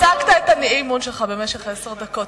הצגת את האי-אמון שלך במשך עשר דקות,